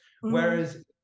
Whereas